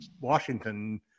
Washington